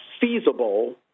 feasible